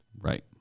Right